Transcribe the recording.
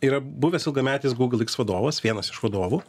yra buvęs ilgametis google iks vadovas vienas iš vadovų